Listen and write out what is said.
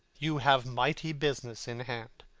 you have mighty business in hand.